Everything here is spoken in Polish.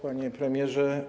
Panie Premierze!